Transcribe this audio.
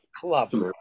club